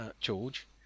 George